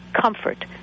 comfort